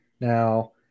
Now